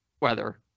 weather